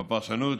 בפרשנות,